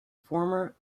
former